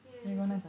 yeah it's okay